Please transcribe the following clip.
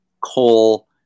coal